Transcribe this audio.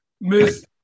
Miss